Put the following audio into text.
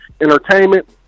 entertainment